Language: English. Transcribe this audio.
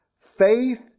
Faith